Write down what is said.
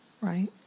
right